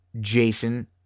Jason